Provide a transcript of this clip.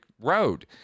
road